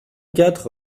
quatre